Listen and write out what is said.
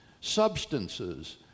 substances